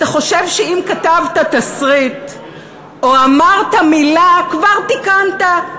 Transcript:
אתה חושב שאם כתבת תסריט או אמרת מילה, כבר תיקנת,